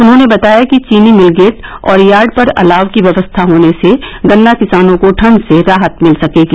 उन्होंने बताया कि चीनी भिल गेट और यार्ड पर अलाव की व्यवस्था होने से गन्ना किसानों को ठंड से राहत मिल सकेगी